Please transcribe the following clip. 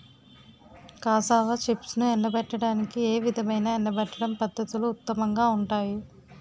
Cassava చిప్స్ను ఎండబెట్టడానికి ఏ విధమైన ఎండబెట్టడం పద్ధతులు ఉత్తమంగా ఉంటాయి?